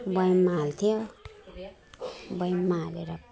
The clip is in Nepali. बयममा हाल्थ्यो बयममा हालेर